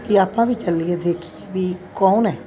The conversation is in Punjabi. ਕਿ ਆਪਾਂ ਵੀ ਚੱਲੀਏ ਦੇਖੀਏ ਵੀ ਕੌਣ ਹੈ